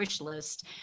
list